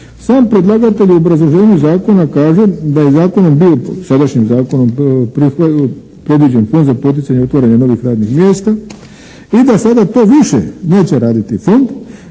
Sam predlagatelj u obrazloženju zakona kaže da je zakonom bio, sadašnjim zakonom predviđen Fond za poticanje i otvaranje novih radnih mjesta i da sada to više neće raditi fond